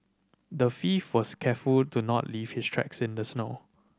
the thief was careful to not leave his tracks in the snow